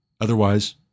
Otherwise